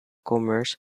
commerce